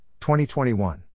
2021